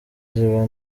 ziba